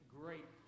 great